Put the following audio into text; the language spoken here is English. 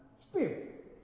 spirit